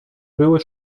były